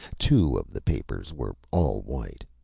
two of the papers were all white.